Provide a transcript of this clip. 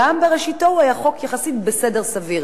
גם בראשיתו הוא היה חוק יחסית בסדר, סביר,